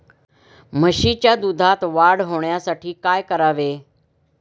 म्हशीच्या दुधात वाढ होण्यासाठी काय करावे?